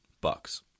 bucks